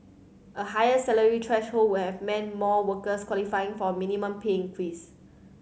a higher salary threshold would have meant more workers qualifying for a minimum pay increase